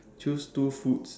choose two foods